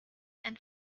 and